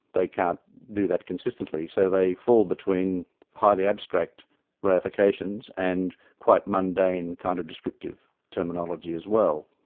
they can't do that consistently so they fall between highly abstract reifications and quite mundane kind of descriptive terminology as well.